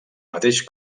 mateix